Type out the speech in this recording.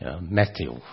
Matthew